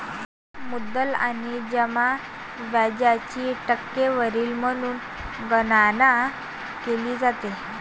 मुद्दल आणि जमा व्याजाची टक्केवारी म्हणून गणना केली जाते